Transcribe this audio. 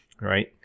right